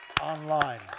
online